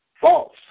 false